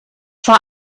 vor